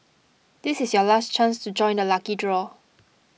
this is your last chance to join the lucky draw